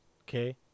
Okay